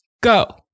Go